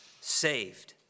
saved